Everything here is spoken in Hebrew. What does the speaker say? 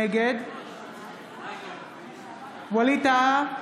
נגד ווליד טאהא,